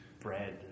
bread